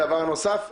דבר נוסף,